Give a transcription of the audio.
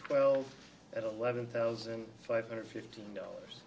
twelve at eleven thousand five hundred fifteen dollars